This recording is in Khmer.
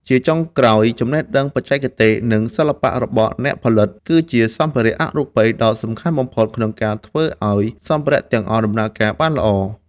ជាចុងក្រោយ ចំណេះដឹងបច្ចេកទេស និងសិល្បៈរបស់អ្នកផលិត គឺជាសម្ភារៈអរូបិយដ៏សំខាន់បំផុតក្នុងការធ្វើឱ្យសម្ភារៈទាំងអស់ដំណើរការបានល្អ។